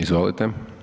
Izvolite.